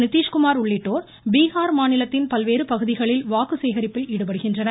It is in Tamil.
நிதிஷ்குமார் உள்ளிட்டோர் பீகார் மாநிலத்தின் பல்வேறு பகுதிகளில் வாக்கு சேகரிப்பில் ஈடுபடுகின்றனர்